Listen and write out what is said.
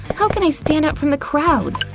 how can i stand out from the crowd?